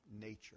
nature